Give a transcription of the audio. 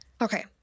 Okay